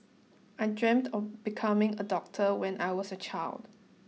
I dreamt of becoming a doctor when I was a child